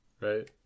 right